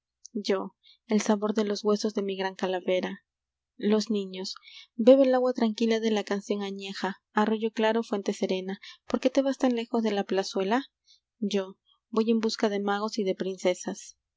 yo el sabor de los huesos de mi gran calavera los niños bebe el agua tranquila de la canción añeja arroyo claro fuente serena por qué te vas tan lejos de la plazuela yo voy en busca de magos y de princesas